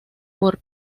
por